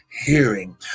hearing